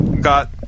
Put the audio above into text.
got